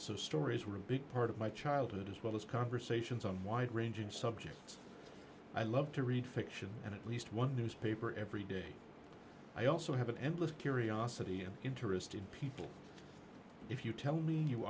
so stories were a big part of my childhood as well as conversations on wide ranging subjects i love to read fiction and at least one newspaper every day i also have an endless curiosity and interest in people if you tell me you